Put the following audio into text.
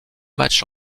matchs